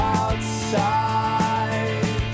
outside